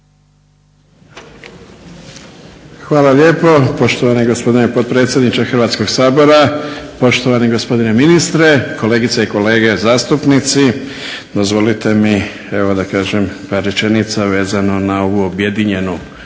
Hvala lijepo. Poštovani gospodine potpredsjedniče Hrvatskog sabora, poštovani gospodine ministre, kolegice i kolege zastupnici. Dozvolite mi da kažem par rečenica vezano na ovu objedinjenu raspravu